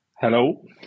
Hello